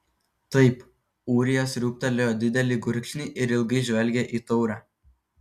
taip ūrija sriūbtelėjo didelį gurkšnį ir ilgai žvelgė į taurę